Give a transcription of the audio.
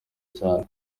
cyane